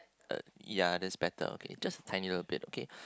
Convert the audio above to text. uh ya it is better okay just a bit okay